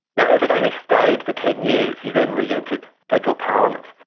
you know evatt only stayed for ten years, he then re-entered federal parliament.